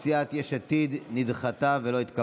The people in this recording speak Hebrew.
אני קובע שהצעת האי-אמון של סיעת יש עתיד נדחתה ולא התקבלה.